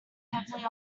heavily